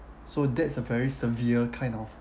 so that's a very severe kind of